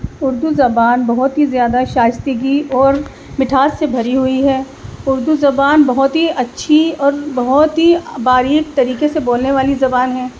اردو زبان بہت ہی زیادہ شائشتگی اور مٹھاس سے بھری ہوئی ہے اردو زبان بہت ہی اچھی اور بہت ہی باریک طریقے سے بولنے والی زبان ہے